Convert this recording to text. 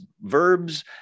verbs